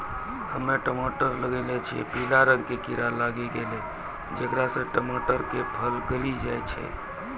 हम्मे टमाटर लगैलो छियै पीला रंग के कीड़ा लागी गैलै जेकरा से टमाटर के फल गली जाय छै?